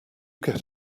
get